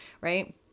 Right